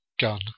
gun